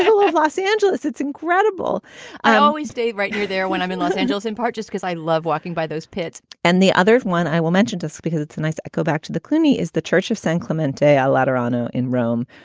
ah love los angeles. it's incredible i always stay right near there when i'm in los angeles, in part just because i love walking by those pits and the other one i will mentioned is because it's nice. i go back to the cluny is the church of san clemente, a lot grano in rome,